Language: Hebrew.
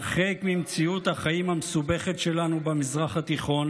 הרחק ממציאות החיים המסובכת שלנו במזרח התיכון.